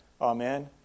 Amen